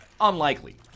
unlikely